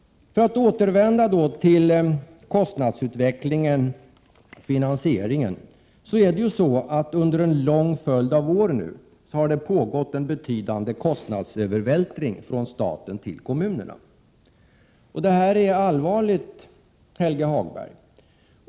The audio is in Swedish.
För att återvända till kostnadsutvecklingen och finansieringen är det ju så att det under en lång följd av år har pågått en betydande kostnadsövervältring från staten till kommunerna. Detta är allvarligt, Helge Hagberg.